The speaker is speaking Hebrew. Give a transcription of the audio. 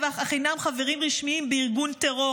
אך אינם חברים רשמיים בארגון טרור.